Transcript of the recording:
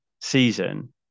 season